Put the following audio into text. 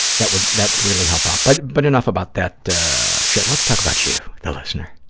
that would that would really help out. but but enough about that shit, let's talk about you, the listener,